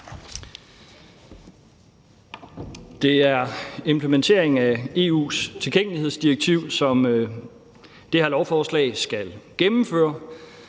Det er implementeringen af EU's tilgængelighedsdirektiv, som det her lovforslag skal gennemføre.